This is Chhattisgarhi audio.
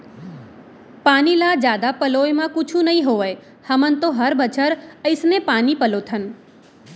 पानी ल जादा पलोय म कुछु नइ होवय हमन तो हर बछर अइसने पानी पलोथन